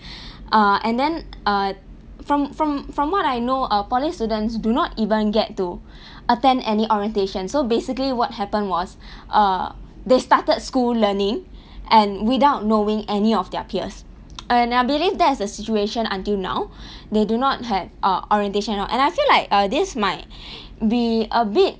err and then uh from from from what I know err poly students do not even get to attend any orientation so basically what happened was uh they started school learning and without knowing any of their peers and I believe that's the situation until now they do not have uh orientation and all and I feel like uh this might be a bit